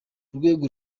urwego